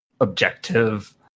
objective